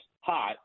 hot